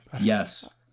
yes